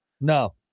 No